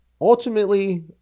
ultimately